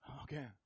Okay